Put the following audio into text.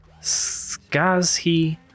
Skazhi